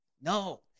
No